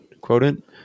quotient